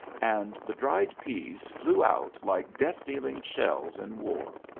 and the dried pease flew out like death-dealing shells in war.